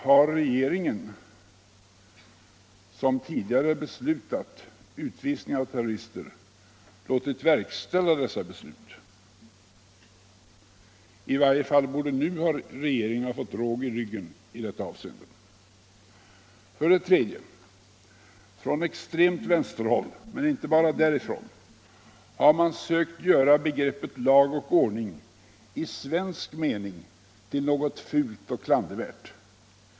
Har regeringen, som tidigare beslutat om utvisning av terrorister, låtit verkställa dessa beslut? I varje fall borde regeringen nu ha fått råg i ryggen i detta avseende. 3. Från extremt vänsterhåll — men inte bara därifrån — har man sökt göra begreppet lag och ordning i svensk mening till något fult och klandervärt.